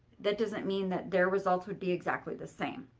that doesn't mean that their results would be exactly the same,